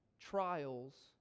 Trials